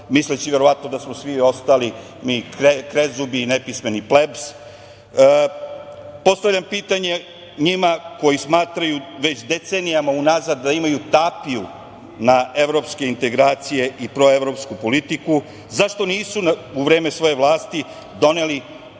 misleći verovatno da smo svi ostali mi krezubi i nepismeni plebs, postavljam pitanje njima koji smatraju već decenijama unazad da imaju tapiju na evropske integracije i proevropsku politiku – zašto nisu u vreme svoje vlasti doneli